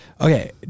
Okay